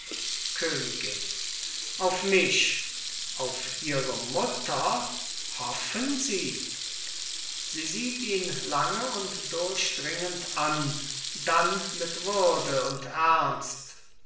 königin auf mich auf ihre mutter hoffen sie sie sieht ihn lange und durchdringend an dann mit würde und ernst